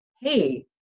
hey